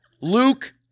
Luke